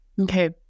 Okay